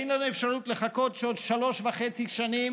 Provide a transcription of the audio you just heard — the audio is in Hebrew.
אין לנו אפשרות לחכות עוד שלוש וחצי שנים